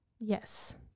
yes